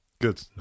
Good